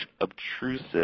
obtrusive